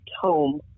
home